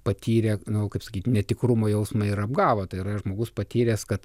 patyrė nu kaip sakyt netikrumo jausmą ir apgavo tai yra žmogus patyręs kad